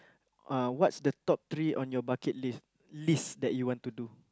uh what's the top three on your bucket list list that you want to do